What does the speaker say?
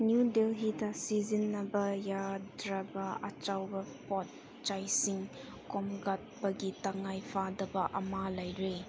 new ꯗꯦꯜꯂꯤꯗ ꯁꯤꯖꯤꯟꯅꯕ ꯌꯥꯗ꯭ꯔꯕ ꯑꯆꯧꯕ ꯄꯣꯠ ꯆꯩꯁꯤꯡ ꯈꯣꯝꯒꯠꯄꯒꯤ ꯇꯪꯉꯥꯏꯐꯗꯕ ꯑꯃ ꯂꯩꯔꯦ